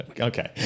okay